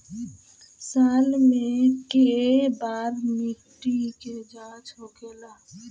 साल मे केए बार मिट्टी के जाँच होखेला?